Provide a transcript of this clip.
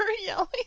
yelling